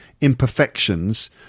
imperfections